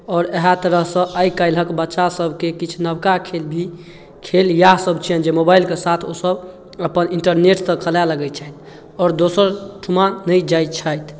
आओर इएह तरहसँ आइकाल्हिके बच्चासबके किछु नवका खेल ही खेल इएहसब छिअनि जे मोबाइलके साथ ओसब अपन इन्टरनेटसँ खेलाइ लगै छथि आओर दोसर ठाम नहि जाएत छथि